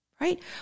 right